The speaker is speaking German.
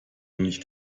nicht